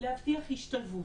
להבטיח השתלבות.